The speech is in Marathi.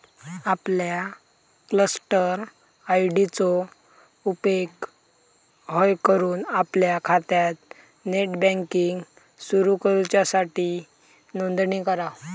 आपल्या क्लस्टर आय.डी चो उपेग हय करून आपल्या खात्यात नेट बँकिंग सुरू करूच्यासाठी नोंदणी करा